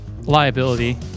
liability